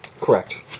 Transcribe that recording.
Correct